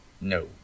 No